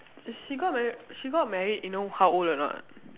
she got married she got married you know how old or not